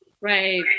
Right